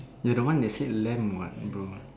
you're the one that's said lamb what bro